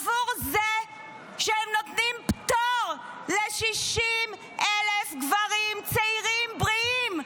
עבור זה שהם נותנים פטור ל-60,000 גברים צעירים בריאים,